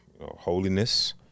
holiness